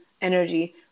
energy